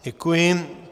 Děkuji.